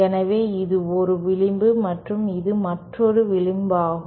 எனவே இது ஒரு விளிம்பு மற்றும் இது மற்றொரு விளிம்பாகும்